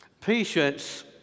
patience